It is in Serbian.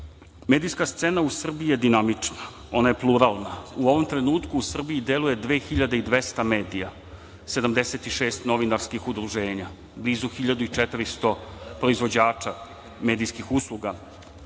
scena u Srbiji je dinamična, ona je pluralna. U ovom trenutku u Srbiji deluje 2.200 medija, 76 novinarskih udruženja, blizu 1.400 proizvođača medijskih usluga,